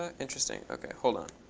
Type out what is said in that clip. ah interesting ok, hold on.